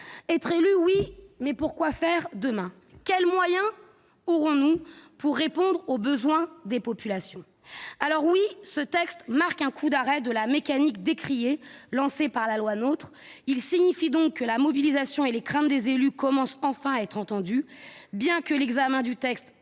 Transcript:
être élu, oui, mais pour quoi faire demain ? Quels moyens pour répondre aux besoins des populations ? Certes, ce texte marque un coup d'arrêt à la mécanique décriée lancée par la loi NOTRe. Il signifie que la mobilisation et les craintes des élus commencent enfin à être entendues, bien que l'examen du texte